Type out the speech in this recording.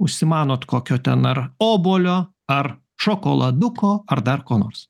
užsimanote kokio ten ar obuolio ar šokoladuko ar dar ko nors